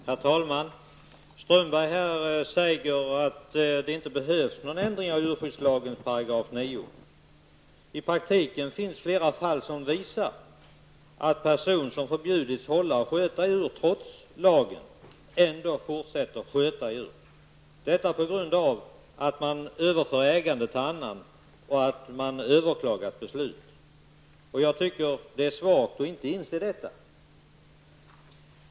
Herr talman! Strömberg säger att det inte behövs någon ändring av djurskyddslagens 29 §. I praktiken finns flera fall som visar att personer som förbjudits hålla och sköta djur fortsätter att göra det trots lagen, detta på grund av att man överför ägandet till annan och att man överklagat beslutet. Jag tycker att det är svagt att inte inse detta.